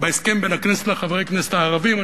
בהסכם בין הכנסת לחברי הכנסת הערבים.